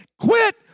Quit